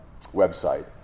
website